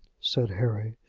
said harry,